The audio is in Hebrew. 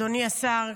אדוני השר,